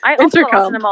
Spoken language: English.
intercom